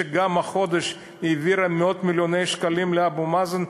שגם החודש העבירה מאות-מיליוני שקלים לאבו מאזן,